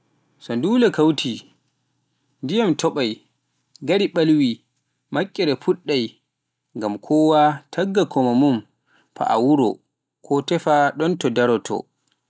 So dule kauti ndiyam topaai, gari balwi, makkere fuɗɗai ngamm kowa tagga ko mo mun fa'a wuro ko tefa ɗon to me daraato.